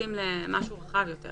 מתייחסים למשהו רחב יותר